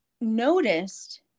noticed